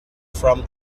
from